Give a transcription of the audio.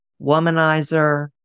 Womanizer